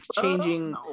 changing